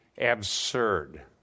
absurd